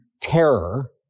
terror